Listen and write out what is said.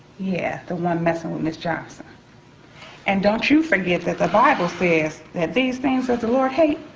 yeah, the one messing with ms. johnson and don't you forget that the bible says that these things that the lord hate,